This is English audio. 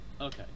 Okay